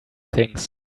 things